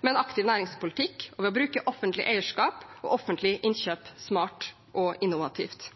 med en aktiv næringspolitikk, og ved å bruke offentlig eierskap og offentlige innkjøp smart og innovativt.